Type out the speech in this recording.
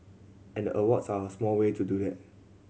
and the awards are a small way to do that